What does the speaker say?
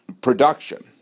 production